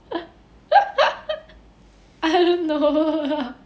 I don't know